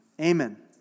Amen